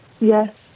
Yes